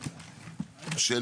בזום?